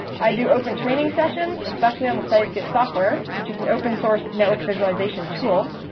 i do open training sessions, especially on the cytoscape software which is an open source network visualization tool.